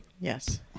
yes